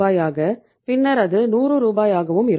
ஆக பின்னர் அது 100 ரூ ஆகவும் இருக்கும்